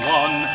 one